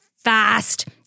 Fast